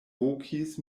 vokis